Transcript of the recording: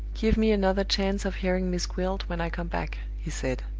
give me another chance of hearing miss gwilt when i come back, he said,